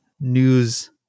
news